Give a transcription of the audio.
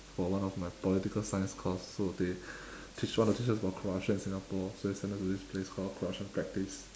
for one of my political science course so they teach want to teach us about corruption in singapore so they send us to this place called corruption practice